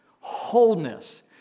wholeness